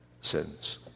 sins